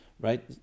right